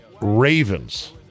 Ravens